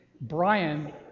Brian